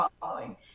following